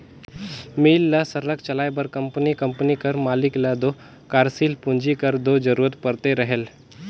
मील ल सरलग चलाए बर कंपनी कंपनी कर मालिक ल दो कारसील पूंजी कर दो जरूरत परते रहेल